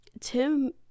tim